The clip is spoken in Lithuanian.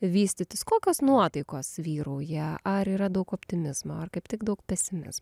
vystytis kokios nuotaikos vyrauja ar yra daug optimizmo ar kaip tik daug pesimizmo